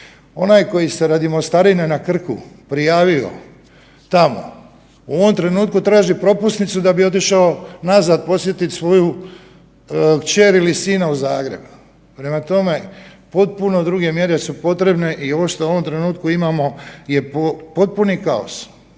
onaj koji se radi mostarine na Krku prijavio tamo u ovom trenutku traži propusnicu da bi otišao nazad posjetiti svoju kćer ili sina u Zagreb. Prema tome, potpuno druge mjere su potrebne i ovo što u ovom trenutku imamo je potpuni kaos,